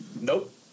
Nope